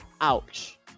Ouch